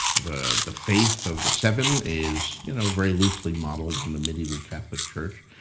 the the faith of the seven is you know very loosely modeled on the medieval catholic church.